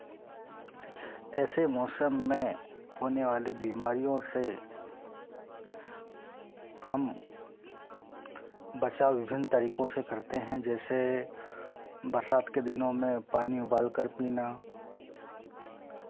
ऐसे मौसम में होने वाली बीमारियों से हम बचाव विभिन्न तरीकों से करते हैं जैसे बरसात के दिनों में पानी उबाल कर पीना